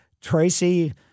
Tracy